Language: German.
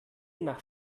nach